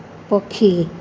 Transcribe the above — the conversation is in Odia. ପକ୍ଷୀ